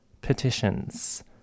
petitions